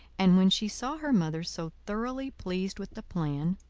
and when she saw her mother so thoroughly pleased with the plan,